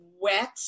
wet